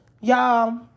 Y'all